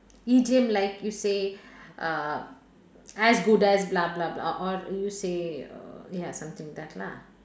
idiom like you say uh as good as blah blah blah or you say err ya something that lah